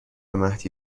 مهدی